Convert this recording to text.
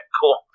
cool